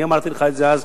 אני אמרתי לך את זה אז,